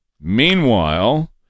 Meanwhile